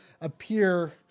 appear